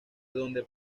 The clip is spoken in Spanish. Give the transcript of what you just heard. donde